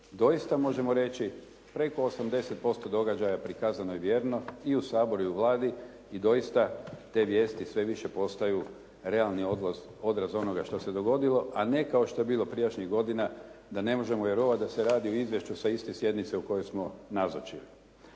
Doista možemo reći preko 80% događaja prikazano je vjerno i u Saboru i u Vladi i doista te vijesti sve više postaju realni odraz onoga što se dogodilo a ne kao što je bilo prijašnjih godina da ne možemo vjerovati da se radi o izvješću sa iste sjednice kojoj smo nazočili.